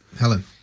Helen